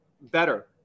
Better